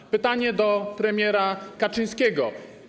Mam pytanie do premiera Kaczyńskiego.